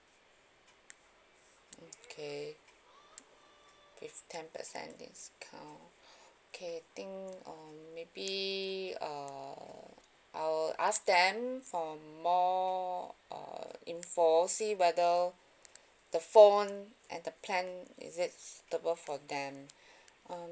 okay with ten percent discount okay think or maybe err I will ask them for more uh info see whether the phone and the plan is it suitable for them um